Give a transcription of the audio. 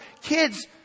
Kids